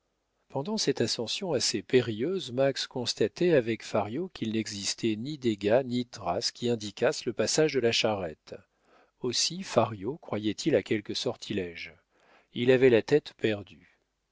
pendant cette ascension assez périlleuse max constatait avec fario qu'il n'existait ni dégâts ni traces qui indiquassent le passage de la charrette aussi fario croyait-il à quelque sortilège il avait la tête perdue